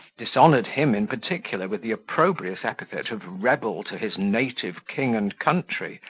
dishonoured him in particular with the opprobrious epithet of rebel to his native king and country,